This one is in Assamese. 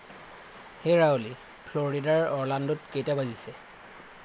হেৰা অ'লি ফ্ল'ৰিডাৰ অৰ্লাণ্ডোত কেইটা বাজিছে